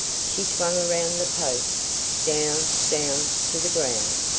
she swung around the post down down to the ground!